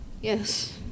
Yes